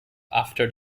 after